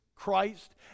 Christ